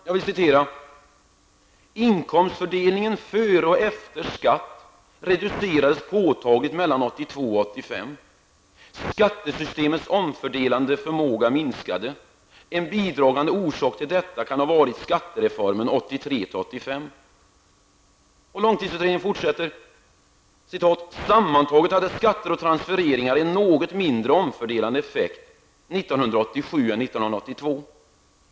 Jag vill citera ur långtidsutredningen: Skattesystemets omfördelande förmåga minskade. En bidragande orsak till detta kan ha varit skattereformen 1983--1985''. Långtidsutredningen fortsätter: ''Sammantaget hade skatter och transfereringar en något mindre omfördelande effekt 1987 än 1982.''